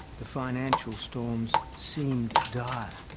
the financial storms seemed dire,